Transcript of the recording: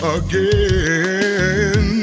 again